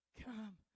Come